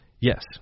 Yes